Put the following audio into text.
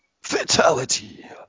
Fatality